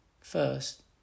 first